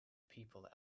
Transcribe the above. people